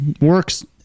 Works